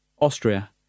Austria